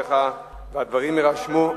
תודה רבה לך, והדברים יירשמו.